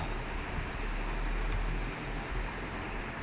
ya ya exactly